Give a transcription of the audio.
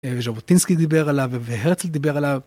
ז'בוטינסקי דיבר עליו והרצל דיבר עליו.